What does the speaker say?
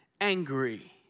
angry